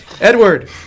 Edward